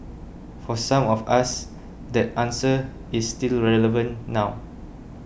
for some of us that answer is still relevant now